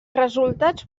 resultats